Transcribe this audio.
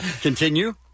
Continue